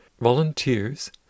volunteers